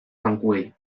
bankuei